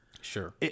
Sure